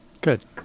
Good